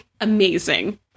amazing